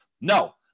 no